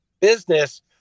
business